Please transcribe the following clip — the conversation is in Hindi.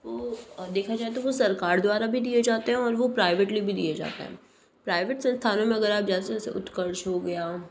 वो देखा जाए तो वो सरकार द्वारा भी दिए जाते हैं और वो प्राइवेटली भी दिए जाते हैं प्राइवेट संस्थानों में अगर आप जैसे उत्कर्ष हो गया